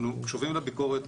אנחנו קשובים לביקורת,